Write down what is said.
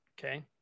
okay